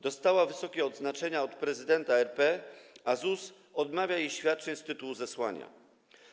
Dostała wysokie odznaczenia od prezydenta RP, a ZUS odmawia jej świadczeń z tytułu zesłania.